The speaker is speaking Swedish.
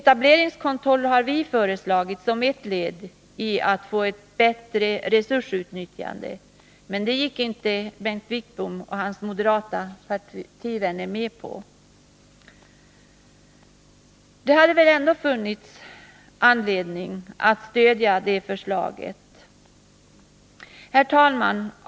Etableringskontroll har vi föreslagit som ett led i strävandena att få ett bättre resursutnyttjande, men det gick inte Bengt Wittbom och hans moderata partivänner med på. Det borde ha funnits all anledning att stödja det förslaget. Herr talman!